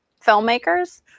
filmmakers